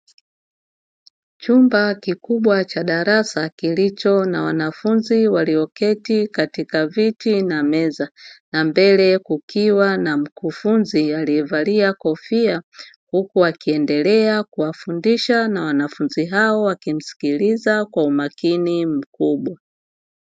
Chumba kikubwa cha darasa kilicho na wanafunzi walioketi katika viti na meza, na mbele kukiwa na mkufunzi aliyevalia kofia, huku akiendelea kufundisha na wanafunzi hao wakiendelea kumsikiliza kwa umakini mkubwa.